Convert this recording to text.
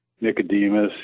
Nicodemus